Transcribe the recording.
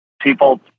People